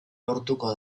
lortuko